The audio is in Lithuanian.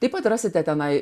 taip pat rasite tenai